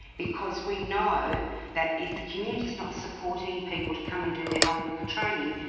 because we know that if the community's not supporting people to come and do their health-worker training,